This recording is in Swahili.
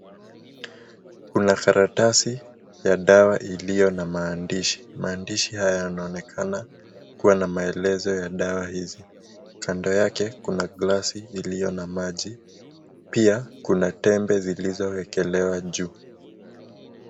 Kuna karatasi ya dawa ilio na maandishi. Maandishi haya yanaonekana kuwa na maelezo ya dawa hizi kando yake kuna glasi ilio na maji pia kuna tembe zilizo ekelewa juu.